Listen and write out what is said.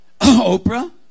Oprah